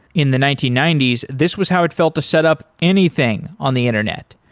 in the nineteen ninety s, this was how it felt to set up anything on the internet.